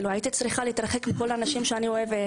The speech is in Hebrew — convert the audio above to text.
הייתי צריכה להתרחק מכל האנשים שאני אוהבת,